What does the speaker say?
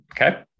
Okay